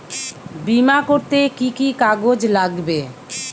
বিমা করতে কি কি কাগজ লাগবে?